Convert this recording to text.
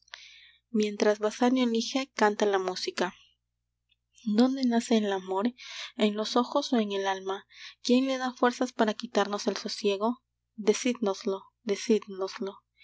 mientras basanio elige canta la música dónde nace el amor en los ojos ó en el alma quién le da fuerzas para quitarnos el sosiego decídnoslo decídnoslo